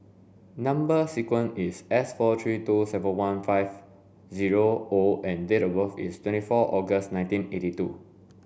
number sequence is S four three two seven one five zero O and date of birth is twenty four August nineteen eighty two